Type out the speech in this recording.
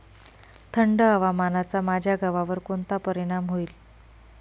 थंड हवामानाचा माझ्या गव्हावर कोणता परिणाम होईल?